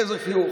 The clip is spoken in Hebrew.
איזה חיוך.